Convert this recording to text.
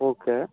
okay